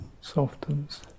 softens